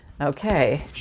Okay